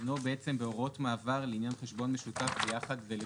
עניינו בעצם ב"הוראות מעבר לעניין חשבון משותף ביחד ולחוד".